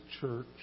church